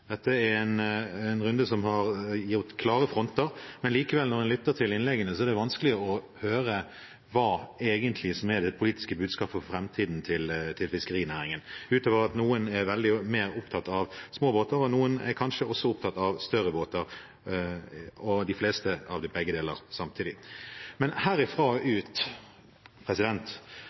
Dette er en runde som har gitt klare fronter. Men likevel, når en lytter til innleggene, er det vanskelig å høre hva som egentlig er det politiske budskapet for framtiden til fiskerinæringen – utover at noen er mer opptatt av små båter, mens noen kanskje også er opptatt av større båter, og de fleste er opptatt av begge deler samtidig. Men herfra og ut